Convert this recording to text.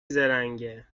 زرنگه